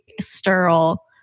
sterile